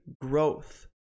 growth